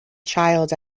child